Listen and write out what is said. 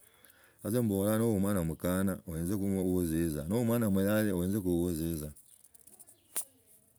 Eso mbulanga noli omwana mokana oenza oenza wo uzitzanga noli omwana msyayi oenga wo ozizaga